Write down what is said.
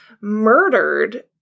murdered